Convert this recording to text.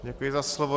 Děkuji za slovo.